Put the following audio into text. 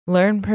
Learn